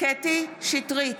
קטרין שטרית,